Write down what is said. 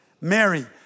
Mary